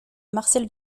marcel